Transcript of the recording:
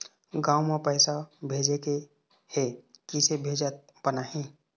गांव म पैसे भेजेके हे, किसे भेजत बनाहि?